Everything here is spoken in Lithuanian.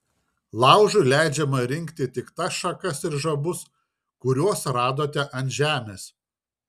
laužui leidžiama rinkti tik tas šakas ir žabus kuriuos radote ant žemės